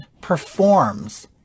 performs